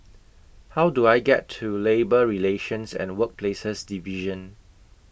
How Do I get to Labour Relations and Workplaces Division